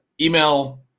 email